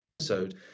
episode